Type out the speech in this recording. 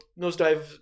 Nosedive